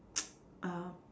uh